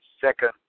second